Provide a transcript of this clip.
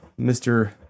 mr